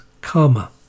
karma